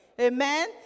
Amen